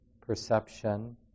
perception